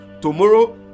tomorrow